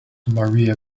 maria